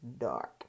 dark